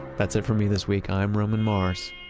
that's it for me this week. i'm roman mars.